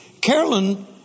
Carolyn